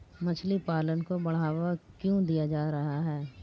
मछली पालन को बढ़ावा क्यों दिया जा रहा है?